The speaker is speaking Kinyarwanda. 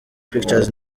pictures